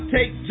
Take